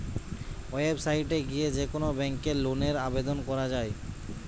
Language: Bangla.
ওয়েবসাইট এ গিয়ে যে কোন ব্যাংকে লোনের আবেদন করা যায়